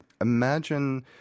imagine